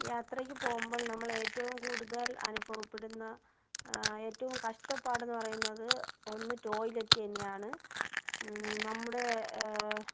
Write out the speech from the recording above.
യാത്രയ്ക്ക് പോകുമ്പോൾ നമ്മൾ ഏറ്റവും കൂടുതൽ അനുഭവപ്പെടുന്ന ഏറ്റവും കഷ്ടപ്പാടെന്ന് പറയുന്നത് ഒന്ന് ടോയ്ലറ്റ് തന്നെയാണ് നമ്മുടെ